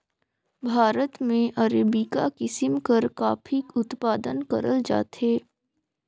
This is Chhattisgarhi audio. भारत में अरेबिका किसिम कर काफी उत्पादन करल जाथे